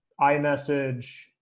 iMessage